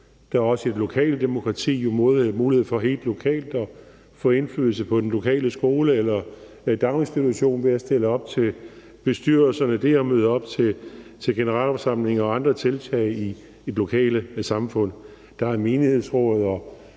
Der er også i et lokalt demokrati mulighed for helt lokalt at få indflydelse på den lokale skole eller daginstitution ved at stille op til bestyrelserne dér og møde op til generalforsamlinger og andre tiltag i det lokale samfund. Der er menighedsråd og